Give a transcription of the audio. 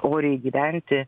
oriai gyventi